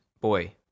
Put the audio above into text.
boy